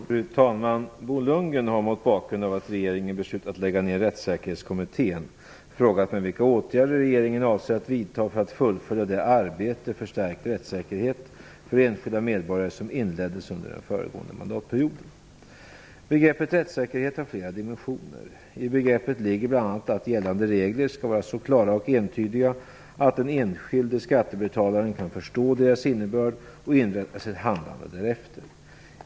Fru talman! Bo Lundgren har, mot bakgrund av att regeringen beslutat lägga ned Rättssäkerhetskommittén, frågat mig vilka åtgärder regeringen avser att vidta för att fullfölja det arbete för stärkt rättssäkerhet för enskilda medborgare som inleddes under den föregående mandatperioden. Begreppet rättssäkerhet har flera dimensioner. I begreppet ligger bl.a. att gällande regler skall vara så klara och entydiga att den enskilde skattebetalaren kan förstå deras innebörd och inrätta sitt handlande därefter.